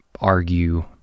argue